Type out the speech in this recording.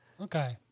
Okay